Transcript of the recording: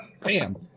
bam